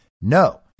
No